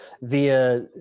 via